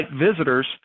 visitors